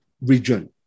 region